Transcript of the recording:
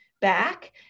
back